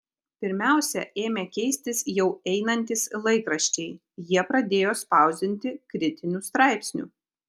pirmiausia ėmė keistis jau einantys laikraščiai jie pradėjo spausdinti kritinių straipsnių